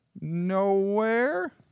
Nowhere